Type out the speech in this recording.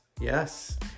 yes